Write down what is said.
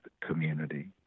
community